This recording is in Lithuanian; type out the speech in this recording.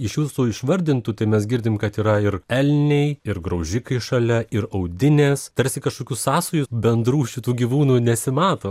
iš jūsų išvardintų tai mes girdim kad yra ir elniai ir graužikai šalia ir audinės tarsi kažkokių sąsajų bendrų šitų gyvūnų nesimato